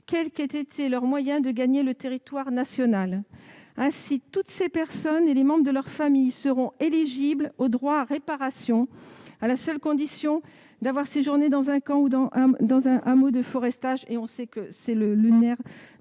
quel qu'ait été leur moyen de gagner le territoire national. Ainsi, toutes ces personnes et les membres de leur famille seront éligibles au droit à réparation, à la seule condition d'avoir séjourné dans un camp ou dans un hameau de forestage- c'est là le